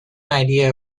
idea